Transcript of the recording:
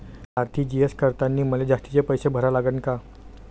RTGS करतांनी मले जास्तीचे पैसे भरा लागन का?